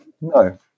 No